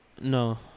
No